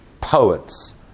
poets